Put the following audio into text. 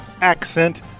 accent